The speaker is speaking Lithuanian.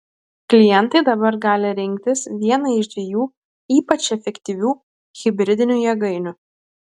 klientai dabar gali rinktis vieną iš dviejų ypač efektyvių hibridinių jėgainių